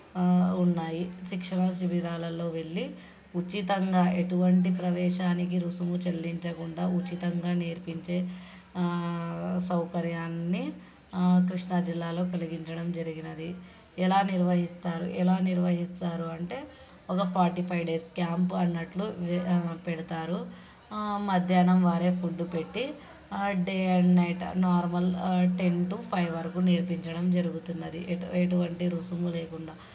ఉన్నాయి శిక్షణా శిబిరాలలో వెళ్ళి ఉచితంగా ఎటువంటి ప్రవేశానికి రుసుము చెల్లించకుండా ఉచితంగా నేర్పించే సౌకర్యాన్ని కృష్ణాజిల్లాలో కలగించడం జరిగినది ఎలా నిర్వహిస్తారు ఎలా నిర్వహిస్తారు అంటే ఒక ఫార్టీ ఫైవ్ డేస్ క్యాంప్ అన్నట్లు పెడతారు మధ్యాహ్నం వారే ఫుడ్ పెట్టి ఆ day and night normal ten to five వరకు నేర్పించడం జరుగుతున్నది ఎటు ఎటువంటి రుసుము లేకుండా